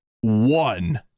One